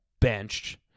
benched